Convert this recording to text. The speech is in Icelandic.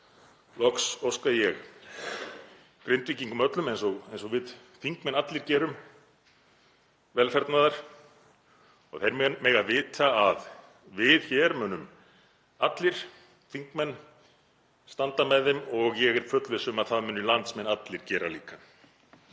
Loks óska ég Grindvíkingum öllum, eins og við þingmenn allir gerum, velfarnaðar og þeir mega vita að við þingmenn hér munum allir standa með þeim og ég er fullviss um að það muni landsmenn allir gera líka.